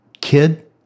kid